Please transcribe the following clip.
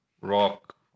rock